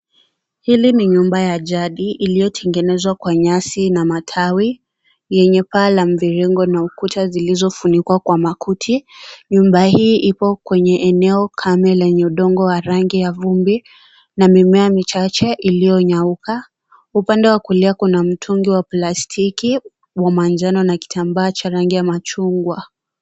Hili ni nyumba ya jadi iliyotengenezwa kwa nyasi na matawi. Yenye paa la mviringo na ukuta zilizofunikwa kwa makuti. Nyumba hii ipo kwenye eneo kame lenye udongo wa rangi ya vumbi na mimea michache iliyonyauka. Upande wa kulia kuna mtungi wa plastiki wa njano na kitambaa cha rangi ya machungu.